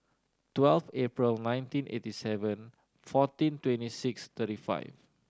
twelve April nineteen eighty seven fourteen twenty six thirty five